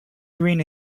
green